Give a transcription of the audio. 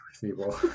people